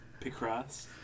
Picross